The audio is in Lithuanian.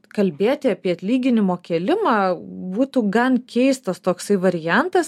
kalbėti apie atlyginimo kėlimą būtų gan keistas toksai variantas